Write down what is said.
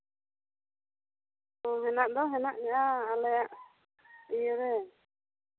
ᱦᱮᱱᱟᱜ ᱫᱚ ᱦᱮᱱᱟᱜ ᱜᱮᱭᱟ ᱟᱞᱮ ᱤᱭᱟᱹᱨᱮ